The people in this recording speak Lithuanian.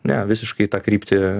ne visiškai į tą kryptį